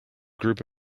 group